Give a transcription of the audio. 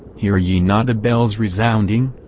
hear ye not the bells resounding?